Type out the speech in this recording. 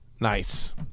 Nice